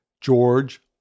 George